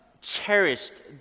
cherished